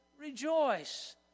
rejoice